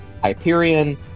Hyperion